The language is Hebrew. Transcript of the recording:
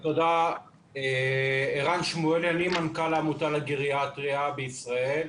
אני מנכ"ל העמותה לגריאטריה בישראל.